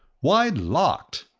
why locked?